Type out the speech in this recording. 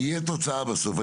תהיה תוצאה בסוף.